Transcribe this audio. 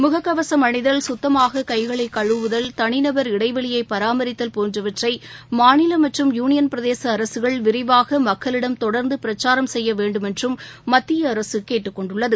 முகக்கவசம் அணிதல் சுத்தமாகக் கைகளை கழுவுதல் தனிநபர் இடைவெளியை பராமரித்தல் போன்றவற்றை மாநில மற்றும் யூனியன் பிரதேச அரசுகள் விரிவாக மக்களிடம் தொடர்ந்து பிரச்சாரம் செய்ய வேண்டுமென்றும் மத்திய அரசு கேட்டுக் கொண்டுள்ளது